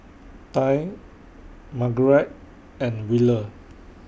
Tye Margurite and Wheeler